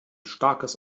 starkes